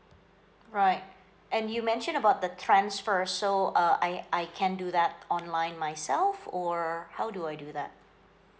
lright and you mentioned about the transfer so uh I I can do that online myself or uh how do I do that